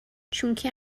چونکه